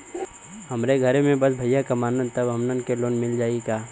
हमरे घर में बस भईया कमान तब हमहन के लोन मिल जाई का?